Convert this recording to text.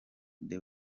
the